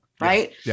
Right